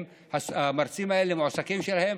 המרצים האלה מועסקים שלהם,